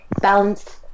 balance